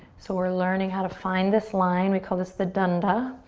so we're learning how to find this line. we call this the dunda.